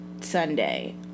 sunday